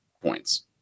points